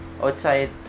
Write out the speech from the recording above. outside